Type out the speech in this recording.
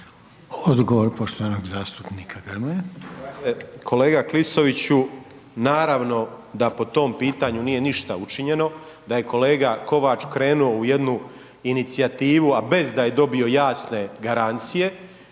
Odgovor poštovanog zastupnika Grmoje.